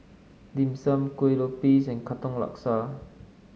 Dim Sum Kueh Lopes and Katong Laksa